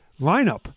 lineup